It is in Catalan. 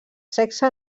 sexe